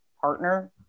partner